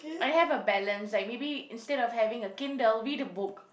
and have a balance like maybe instead of having a Kindle read a book